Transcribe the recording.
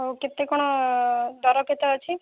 ହଉ କେତେ କ'ଣ ଦର କେତେ ଅଛି